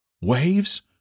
waves